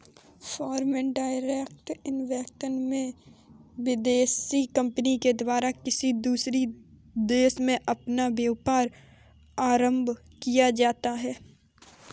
foreign direct investment में विदेशी company के द्वारा किसी दूसरे देश में अपना व्यापार आरंभ किया जाता है